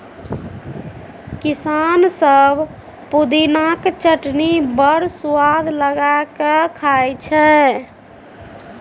किसान सब पुदिनाक चटनी बड़ सुआद लगा कए खाइ छै